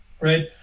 right